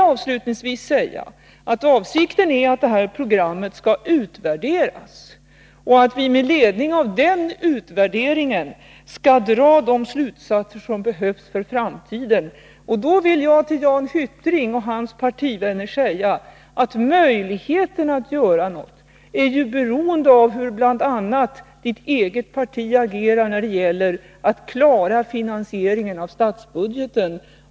Avsikten är vidare att programmet skall utvärderas och att vi med ledning av denna utvärdering skall dra de slutsatser som behövs för framtiden. Jag vill avslutningsvis till Jan Hyttring och hans partivänner säga att möjligheten att göra någonting är beroende av bl.a. hur ert eget parti agerar när det gäller att klara finansieringen av statsbudgeten.